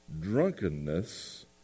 drunkenness